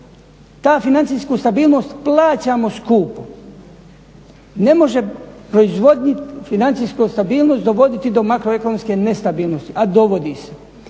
Tu financijsku stabilnost plaćamo skupo. Ne može proizvodit financijsku stabilnost dovodit do makroekonomske nestabilnosti a dovodi se.